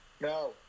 no